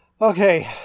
Okay